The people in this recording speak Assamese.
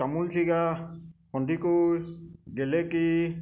তামোলচিগা সন্দিকৈ গেলেকী